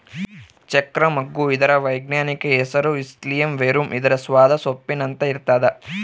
ಚಕ್ರ ಮಗ್ಗು ಇದರ ವೈಜ್ಞಾನಿಕ ಹೆಸರು ಇಲಿಸಿಯಂ ವೆರುಮ್ ಇದರ ಸ್ವಾದ ಸೊಂಪಿನಂತೆ ಇರ್ತಾದ